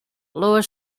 lower